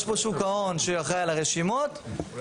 יש פה שוק ההון שהוא יהיה אחראי על הרשימות ויש